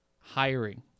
hiring